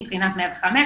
מבחינת 105,